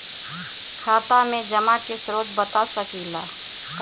खाता में जमा के स्रोत बता सकी ला का?